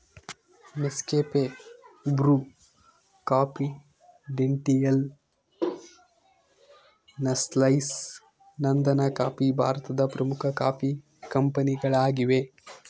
Nescafe, Bru, confidential, Sunrise, ನಂದನಕಾಫಿ ಭಾರತದ ಪ್ರಮುಖ ಕಾಫಿ ಕಂಪನಿಗಳಾಗಿವೆ